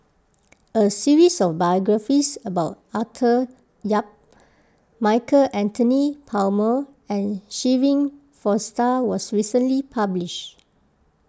a series of biographies about Arthur Yap Michael Anthony Palmer and Shirin Fozdar was recently published